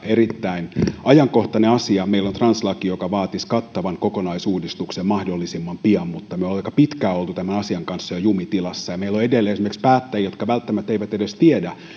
erittäin ajankohtaiseen asiaan meillä on translaki joka vaatisi kattavan kokonaisuudistuksen mahdollisimman pian mutta me olemme jo aika pitkään olleet tämän asian kanssa jumitilassa meillä on edelleen esimerkiksi päättäjiä jotka välttämättä eivät edes tiedä